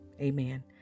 amen